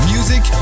Music